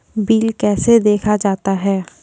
Bill कैसे देखा जाता हैं?